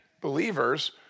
believers